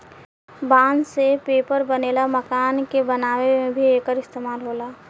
बांस से पेपर बनेला, मकान के बनावे में भी एकर इस्तेमाल होला